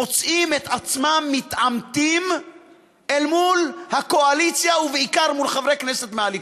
מוצאים את עצמם מתעמתים עם הקואליציה ובעיקר עם חברי כנסת מהליכוד.